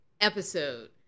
episode